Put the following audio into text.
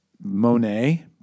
Monet